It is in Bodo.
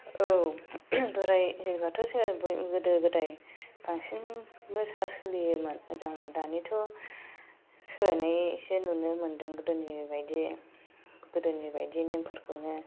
औ बोराइ बुरिफ्राथ' सेंग्रा बै गोदो गोदाय बांसिन मोसा सोलियोमोन मोजां मोन दानिथ' सोलायनाय एसे नुनो मोनदों गोदोनि बायदि गोदोनि बायदि नेमफोरखौनो